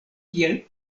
kiel